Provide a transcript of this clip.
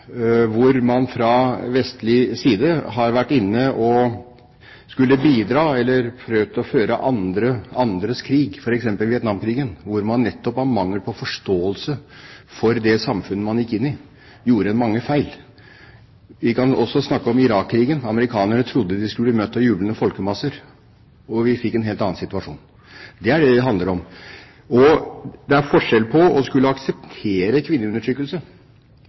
hvor man nettopp på grunn av mangel på forståelse for det samfunnet man gikk inn i, gjorde mange feil. Vi kan også snakke om Irak-krigen. Amerikanerne trodde de skulle bli møtt av jublende folkemasser, men vi fikk en helt annen situasjon. Det er det det handler om. Det er forskjell på det å akseptere kvinneundertrykkelse